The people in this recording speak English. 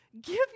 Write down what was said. Give